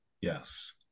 Yes